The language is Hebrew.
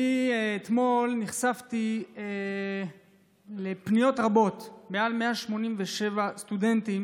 אתמול נחשפתי לפניות רבות, מעל 187 סטודנטים